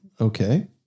okay